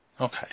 Okay